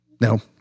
No